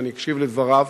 ואני אקשיב לדבריו,